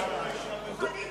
מוכנים